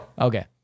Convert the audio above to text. Okay